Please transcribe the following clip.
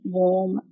warm